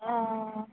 अ